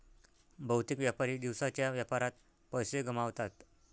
बहुतेक व्यापारी दिवसाच्या व्यापारात पैसे गमावतात